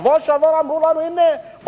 בשבוע שעבר אמרו לנו: הנה,